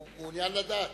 הוא מעוניין לדעת?